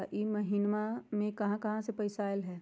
इह महिनमा मे कहा कहा से पैसा आईल ह?